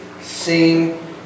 sing